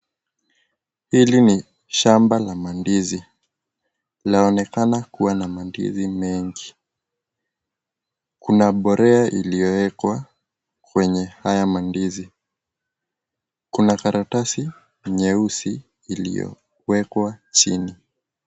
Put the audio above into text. Hili ni shambani la ndizi, inaonekana kuwa na mandizi mengi. Kuna mbolea iliyowekwa kwenye haya mandizi. Kuna karatasi nyeusi iliyowekwa chini.